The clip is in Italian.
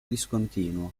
discontinua